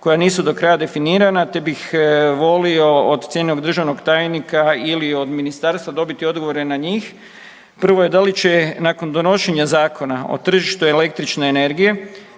koja nisu do kraja definirana te bih volio od cijenjenog državnog tajnika ili od ministarstva dobiti odgovore na njih. Prvo je, da li će nakon donošenja Zakona o tržištu električne energije